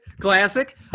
classic